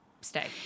stay